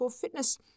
fitness